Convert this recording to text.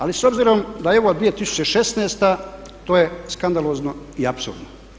Ali s obzirom da je ovo 2016. to je skandalozno i apsurdno.